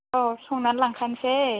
औ संनानै लांखानोसै